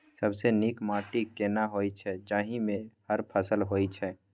सबसे नीक माटी केना होय छै, जाहि मे हर फसल होय छै?